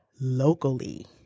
locally